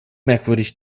merkwürdig